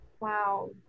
Wow